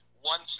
one